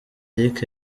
eric